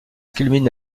culminent